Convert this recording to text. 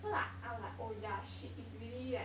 so like I was like oh ya shit it's really like